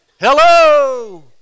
Hello